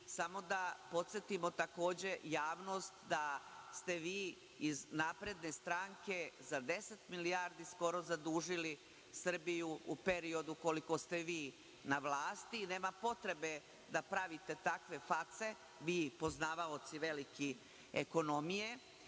da podsetimo takođe javnost da ste vi iz SNS za deset milijardi skoro zadužili Srbiju u periodu koliko ste vi na vlasti. Nema potrebe da pravite takve face, vi poznavaoci veliki ekonomije,